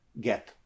get